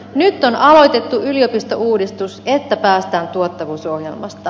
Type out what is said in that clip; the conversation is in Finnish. nyt on aloitettu yliopistouudistus että päästään tuottavuusohjelmasta